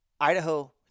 Idaho